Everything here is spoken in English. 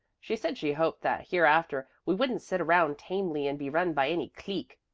she said she hoped that hereafter we wouldn't sit around tamely and be run by any clique.